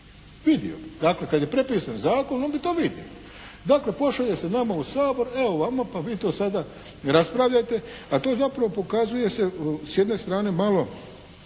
vidio bi. Dakle, kad je prepisan zakon, on bi to vidio. Dakle, pošalje se nama u Sabor evo vama pa vi to sada raspravljajte, a to zapravo pokazuje se s jedne strane malo